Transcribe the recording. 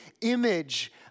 image